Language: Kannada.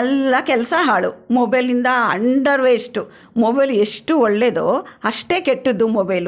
ಎಲ್ಲ ಕೆಲಸ ಹಾಳು ಮೊಬೈಲಿಂದ ಅಂಡರ್ ವೇಸ್ಟು ಮೊಬೈಲ್ ಎಷ್ಟು ಒಳ್ಳೆಯದೋ ಅಷ್ಟೇ ಕೆಟ್ಟದ್ದು ಮೊಬೈಲು